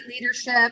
leadership